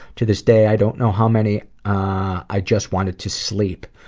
to this day, i don't know how many i just wanted to sleep.